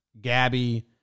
Gabby